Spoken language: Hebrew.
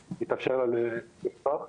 אבל תיכף אני אציין דברים נוספים שעשינו בשנה